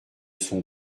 son